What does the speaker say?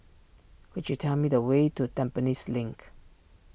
could you tell me the way to Tampines Link